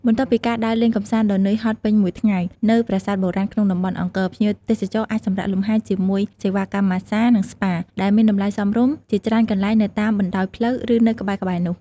បន្ទាប់ពីការដើរលេងកម្សាន្តដ៏នឿយហត់ពេញមួយថ្ងៃនៅប្រាសាទបុរាណក្នុងតំបន់អង្គរ ភ្ញៀវទេសចរអាចសម្រាកលំហែជាមួយ សេវាកម្មម៉ាស្សា និងស្ប៉ា ដែលមានតម្លៃសមរម្យជាច្រើនកន្លែងនៅតាមបណ្ដោយផ្លូវ ឬនៅក្បែរៗនោះ។